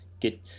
Get